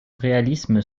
réalisme